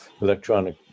electronic